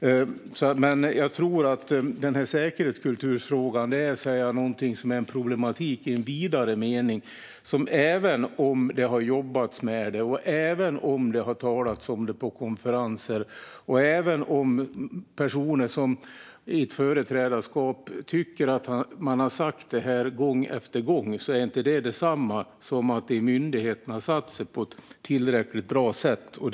Jag tror att frågan om säkerhetskultur är ett problem i vidare mening. Även om man har jobbat med det och talat om det på konferenser och även om företrädande personer tycker att de har sagt detta gång efter gång är det inte detsamma som att det har satt sig tillräckligt bra i myndigheten.